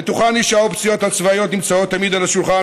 בטוחני שהאופציות הצבאיות נמצאות תמיד על השולחן